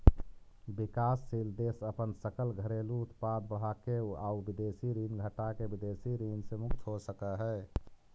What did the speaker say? विकासशील देश अपन सकल घरेलू उत्पाद बढ़ाके आउ विदेशी ऋण घटाके विदेशी ऋण से मुक्त हो सकऽ हइ